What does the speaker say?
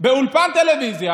באולפן טלוויזיה,